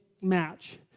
match